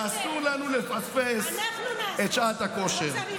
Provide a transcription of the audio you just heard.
ואסור לנו לפספס את שעת הכושר.